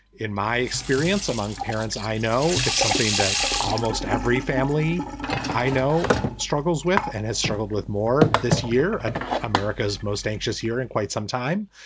in my experience among parents, i know it's something that almost every family i know struggles with and has struggled with more this year, ah america's most anxious year in quite some time.